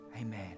Amen